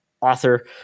author